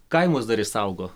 kaimus dar išsaugo